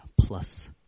plus